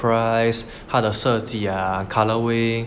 price 它的设计 ah colourway